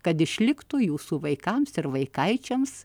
kad išliktų jūsų vaikams ir vaikaičiams